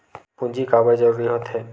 पूंजी का बार जरूरी हो थे?